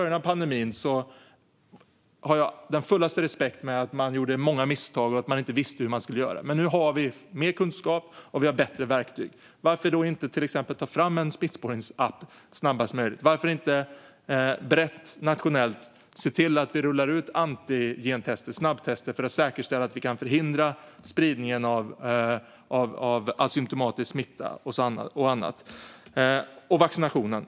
Jag har den fullaste respekt för att man i början av pandemin inte visste hur man skulle göra och gjorde många misstag, men nu har vi mer kunskap och bättre verktyg. Varför inte ta fram till exempel en smittspårningsapp snarast möjligt? Varför inte brett och nationellt se till att vi rullar ut antigentester och snabbtester för att säkerställa att vi kan förhindra spridningen av asymtomatisk smitta och annat? Och så är det vaccinationerna.